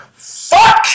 Fuck